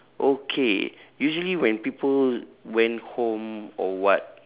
okay usually when people went home or what